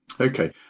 Okay